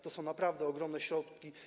To są naprawdę ogromne środki.